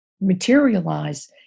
materialize